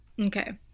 Okay